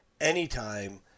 anytime